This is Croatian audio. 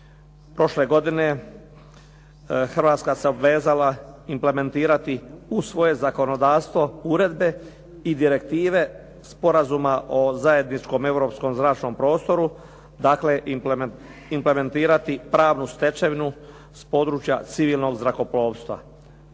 Prošle godine Hrvatska se obvezala implementirati u svoje zakonodavstvo uredbe i direktive Sporazuma o zajedničkom europskom zračnom prostoru, dakle implementirati pravnu stečevinu s područja civilnog zrakoplovstva.